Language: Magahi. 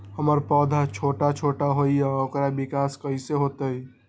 हमर पौधा छोटा छोटा होईया ओकर विकास कईसे होतई?